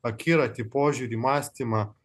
akiratį požiūrį mąstymą